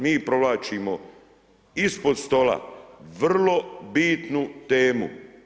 Mi provlačimo ispod stola vrlo bitnu temu.